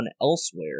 elsewhere